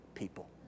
people